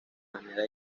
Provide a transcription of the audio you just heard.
manera